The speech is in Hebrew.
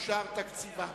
אושר תקציבם.